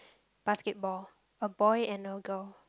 basketball a boy and a girl